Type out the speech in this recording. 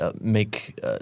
make –